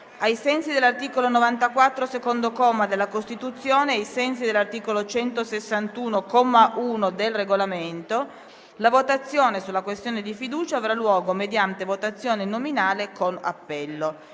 ai sensi dell'articolo 94, secondo comma, della Costituzione e ai sensi dell'articolo 161, comma 1, del Regolamento, la votazione sulla questione di fiducia avrà luogo mediante votazione nominale con appello.